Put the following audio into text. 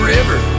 River